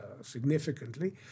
significantly